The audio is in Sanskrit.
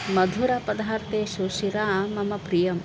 मधुरपदार्थेषु शिरा मम प्रियम्